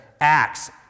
Acts